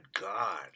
God